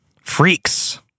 freaks